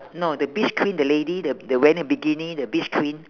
no the beach queen the lady the the wearing the bikini the beach queen